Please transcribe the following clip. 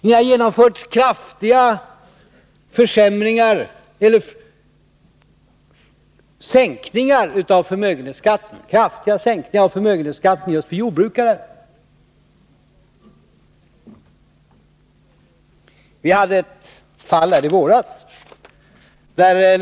Ni har genomfört kraftiga sänkningar av förmögenhetsskatten just för jordbrukare. Vi hade ett fall i våras.